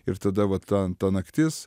ir tada va ta ta naktis